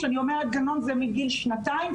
כשאני אומרת גנון זה מגיל שנתיים,